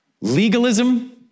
Legalism